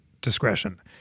discretion